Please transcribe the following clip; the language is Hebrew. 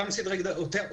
אותם סדרי גודל.